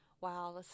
Wow